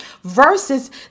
Versus